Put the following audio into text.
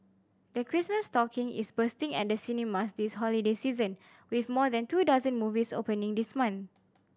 the Christmas stocking is bursting at the cinemas this holiday season with more than two dozen movies opening this month